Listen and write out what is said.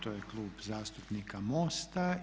To je Klub zastupnika MOST-a.